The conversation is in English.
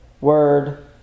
word